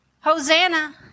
Hosanna